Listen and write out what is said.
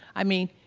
i mean,